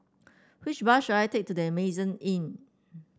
which bus should I take to The Amazing Inn